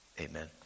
Amen